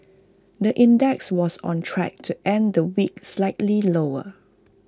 the index was on track to end the week slightly lower